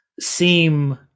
seem